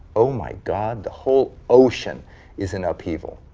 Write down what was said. oh my god, the whole ocean is in upheaval.